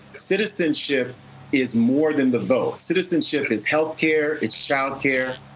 citizenship is more than the vote. citizenship is health care, it's child care.